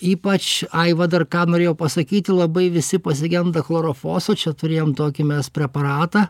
ypač ai va dar ką norėjau pasakyti labai visi pasigenda chlorofoso čia turėjom tokį mes preparatą